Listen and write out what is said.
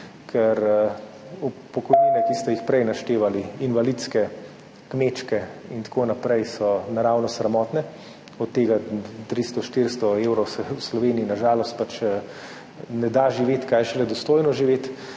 ker pokojnine, ki ste jih prej naštevali, invalidske, kmečke in tako naprej, so naravno sramotne. Od teh 300, 400 evrov se v Sloveniji na žalost pač ne da živeti, kaj šele dostojno živeti.